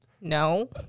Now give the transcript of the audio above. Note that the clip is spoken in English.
no